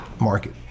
Market